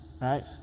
right